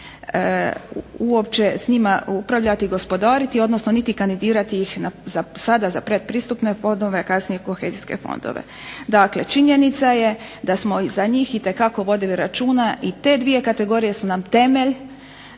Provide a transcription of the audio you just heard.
uopće s njima upravljati i gospodariti, odnosno niti kandidirati ih sada za pretpristupne fondove, a kasnije kohezijske fondove. Dakle, činjenica je da smo i za njih itekako vodili računa i te dvije kategorije su nam temelj